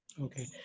Okay